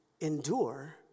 endure